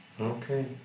Okay